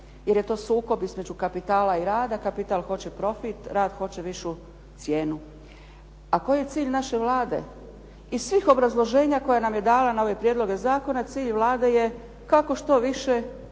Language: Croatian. jer je to sukob između kapitala i rada. Kapital hoće profit, rad hoće višu cijenu. A koji je cilj naše Vlade? Iz svih obrazloženja koja nam je dala na ove prijedloge zakona, cilj Vlade je kako što više